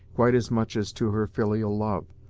quite as much as to her filial love,